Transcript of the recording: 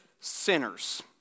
sinners